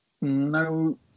No